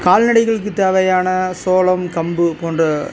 கால்நடைகளுக்கு தேவையான சோளம் கம்பு போன்ற